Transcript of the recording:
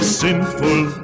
sinful